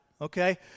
okay